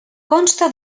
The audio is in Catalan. consta